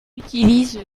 utilise